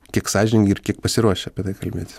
kiek sąžiningi ir kiek pasiruošę apie tai kalbėt